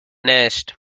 nest